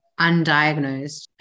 undiagnosed